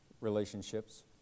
relationships